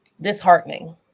disheartening